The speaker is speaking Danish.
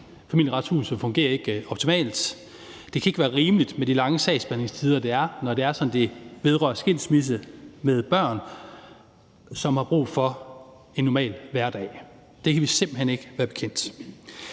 Familieretshuset fungerer ikke optimalt. Det kan ikke være rimeligt med de lange sagsbehandlingstider, der er, når sagerne involverer skilsmisse med børn, som har brug for en normal hverdag. Det kan vi simpelt hen ikke være bekendt.